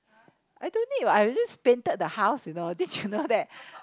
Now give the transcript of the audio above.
I don't need [what] I just painted the house you know didn't you know that